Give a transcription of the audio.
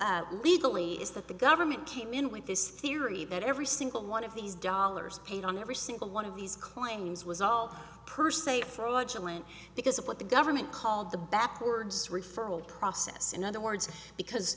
legally is that the government came in with this theory that every single one of these dollars paid on every single one of these claims was all per se fraudulent because of what the government called the backwards referral process in other words because